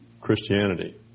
Christianity